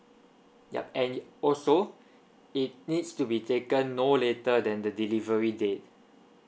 yup and also it needs to be taken no later than the delivery date